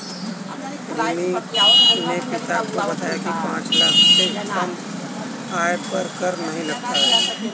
रिमी ने पिता को बताया की पांच लाख से कम आय पर कर नहीं लगता